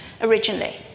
originally